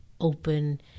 open